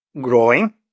growing